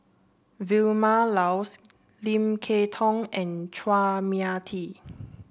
Vilma Laus Lim Kay Tong and Chua Mia Tee